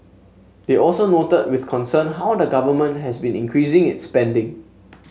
they also noted with concern how the government has been increasing its spending